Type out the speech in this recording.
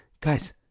guys